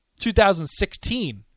2016